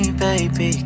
baby